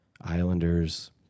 Islanders